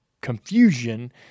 confusion